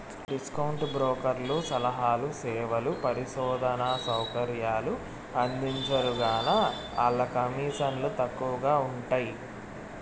discount బ్రోకర్లు సలహాలు, సేవలు, పరిశోధనా సౌకర్యాలు అందించరుగాన, ఆల్ల కమీసన్లు తక్కవగా ఉంటయ్యి